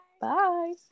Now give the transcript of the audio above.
Bye